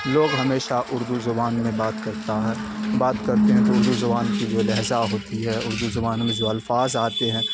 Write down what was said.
لوگ ہمیشہ اردو زبان میں بات کرتا ہے بات کرتے ہیں تو اردو زبان کی جو لہجہ ہوتی ہے اردو زبان میں جو الفاظ آتے ہیں